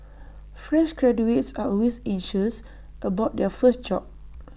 fresh graduates are always anxious about their first job